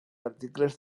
articles